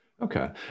okay